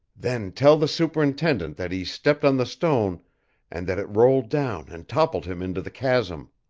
then tell the superintendent that he stepped on the stone and that it rolled down and toppled him into the chasm.